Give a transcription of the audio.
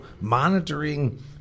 monitoring